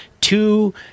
two